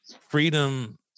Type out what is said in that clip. freedom